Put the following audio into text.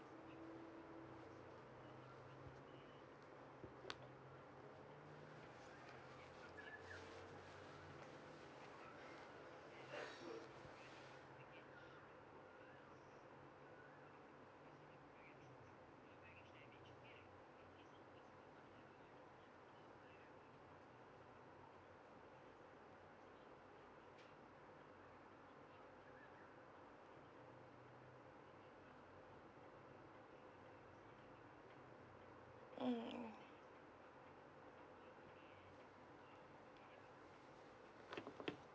mm